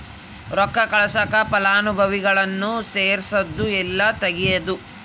ರೊಕ್ಕ ಕಳ್ಸಾಕ ಫಲಾನುಭವಿಗುಳ್ನ ಸೇರ್ಸದು ಇಲ್ಲಾ ತೆಗೇದು